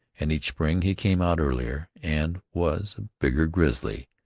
and each spring he came out earlier and was a bigger grizzly,